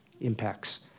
impacts